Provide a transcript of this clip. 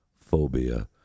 phobia